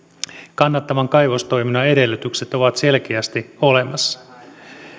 kannattavan kaivostoiminnan edellytykset ovat selkeästi olemassa